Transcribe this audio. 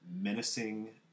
menacing